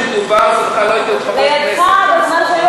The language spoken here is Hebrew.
לידך.